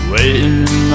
Waiting